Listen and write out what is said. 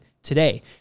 Today